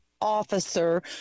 officer